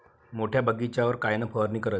मोठ्या बगीचावर कायन फवारनी करावी?